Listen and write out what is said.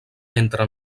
entra